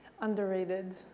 Underrated